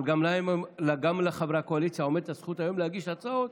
אבל גם לחברי הקואליציה עומדת הזכות היום להגיש הצעות